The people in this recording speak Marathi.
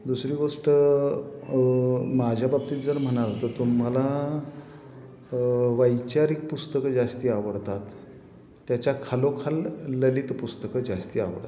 दुसरी गोष्ट माझ्या बाबतीत जर म्हणाल तर मला वैचारिक पुस्तकं जास्ती आवडतात त्याच्या खालोखाल ललित पुस्तकं जास्ती आवडतात